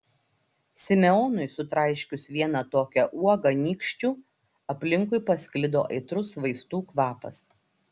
simeonui sutraiškius vieną tokią uogą nykščiu aplinkui pasklido aitrus vaistų kvapas